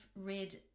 read